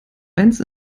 eines